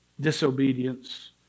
disobedience